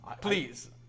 Please